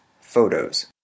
photos